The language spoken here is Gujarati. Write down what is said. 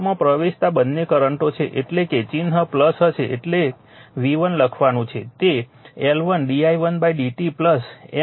ડોટમાં પ્રવેશતા બંને કરંટો છે એટલે કે ચિહ્ન હશે એટલે V1 લખવાનું છે તે L1 d i1 dt M di2 dt હશે આ V1 છે